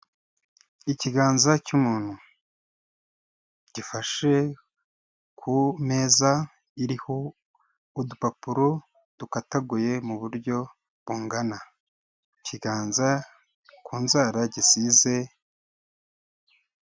Ikiganza cy'umuntu gifashe ku meza iriho udupapuro dukataguye mu buryo bungana, ikiganza ku nzara gisize.